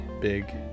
big